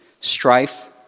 strife